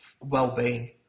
well-being